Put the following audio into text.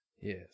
yes